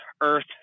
earth